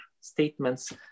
statements